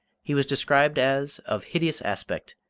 he was described as of hideous aspect,